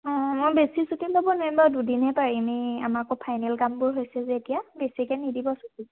অঁ মই বেছি ছুটি ল'ব নোৱাৰিম বাৰু দুদিনেই পাৰি এনেই আমাৰ আকৌ ফাইনেল কামবোৰ হৈছে যে এতিয়া বেছিকে নিদিব ছুটি